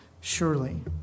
surely